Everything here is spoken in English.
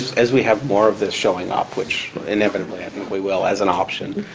as we have more of this showing up, which, inevitably i think we will, as an option.